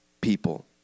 people